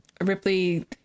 Ripley